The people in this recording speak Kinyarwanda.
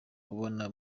kubona